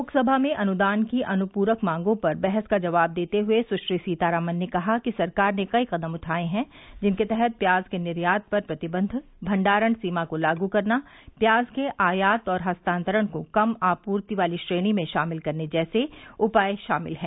लोकसभा में अनुदान की अनुप्रक मांगों पर बहस का जवाब देते हुए सुश्री सीतारमन ने कहा कि सरकार ने कई कदम उठाए हैं जिनके तहत प्याज के निर्यात पर प्रतिबंध भंडारण सीमा को लागू करना प्याज के आयात और हस्तांतरण को कम आपूर्ति वाली श्रेणी में शामिल करने जैसे उपाय शामिल हैं